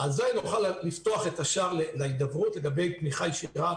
אזי נוכל לפתוח את השער להידברות לגבי תמיכה ישירה,